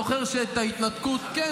אני זוכר שאת ההתנתקות, שחור-לבן?